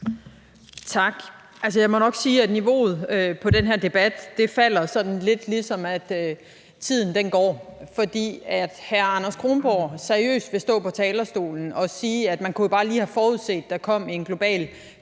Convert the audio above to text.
Tak. Jeg må nok sige, at niveauet på den her debat falder, i takt med at tiden går. At hr. Anders Kronborg seriøst vil stå på talerstolen og sige, at man bare lige kunne have forudset, at der kom en global